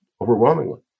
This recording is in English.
overwhelmingly